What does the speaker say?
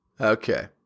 Okay